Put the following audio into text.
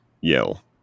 yell